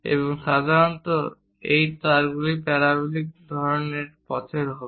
এবং সাধারণত এই তারগুলি প্যারাবোলিক ধরণের পথের হবে